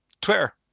twitter